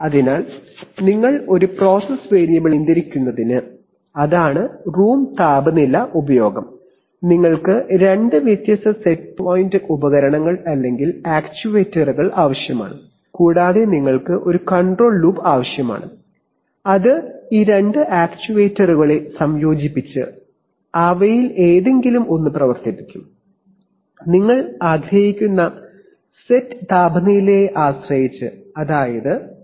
അതിനാൽ നിങ്ങൾ ഒരേ പ്രോസസ് വേരിയബിളിനെ റൂം താപനില ഉപയോഗം നിയന്ത്രിക്കുന്നതിന് നിങ്ങൾക്ക് രണ്ട് വ്യത്യസ്ത സെറ്റ് ഉപകരണങ്ങൾ അല്ലെങ്കിൽ ആക്യുവേറ്ററുകൾ ആവശ്യമാണ് കൂടാതെ നിങ്ങൾക്ക് ഒരു കൺട്രോൾ ലൂപ്പ് ആവശ്യമാണ് അത് ഈ രണ്ട് ആക്യുവേറ്ററുകളെ സംയോജിപ്പിച്ച് നിങ്ങൾ ആഗ്രഹിക്കുന്ന സെറ്റ് താപനിലയെ ആശ്രയിച്ച്അവയിലേതെങ്കിലും ഒന്ന് പ്രവർത്തിപ്പിക്കും